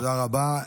תודה רבה.